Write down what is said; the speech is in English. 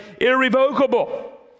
irrevocable